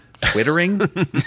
twittering